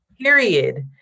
period